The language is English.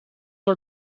are